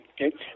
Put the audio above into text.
okay